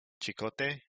Chicote